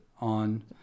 On